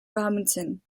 robinson